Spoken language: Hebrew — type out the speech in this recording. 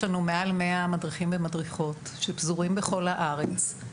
יש לנו מעל 100 מדריכים ומדריכות שפזורים בכל הארץ.